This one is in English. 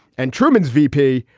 and truman's v p.